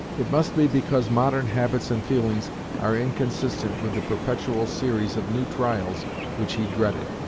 it must be because modern habits and feelings are inconsistent with the perpetual series of new trials which he dreaded.